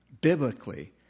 biblically